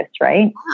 right